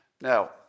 Now